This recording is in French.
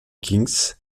kings